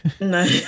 No